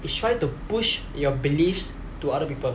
is try to push your beliefs to other people